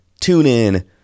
TuneIn